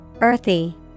Earthy